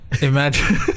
Imagine